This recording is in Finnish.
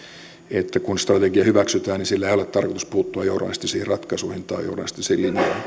että kun strategia hyväksytään sillä ei ole tarkoitus puuttua journalistisiin ratkaisuihin tai journalistisiin linjoihin